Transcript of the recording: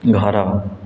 ଘର